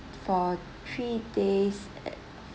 for three days